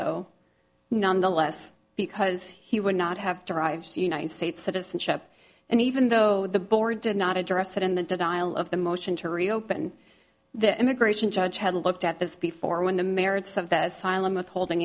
though nonetheless because he would not have derived the united states citizenship and even though the board did not address that in the denial of the motion to reopen the immigration judge had looked at this before when the merits of that asylum withholding